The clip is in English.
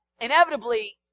inevitably